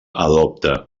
adopta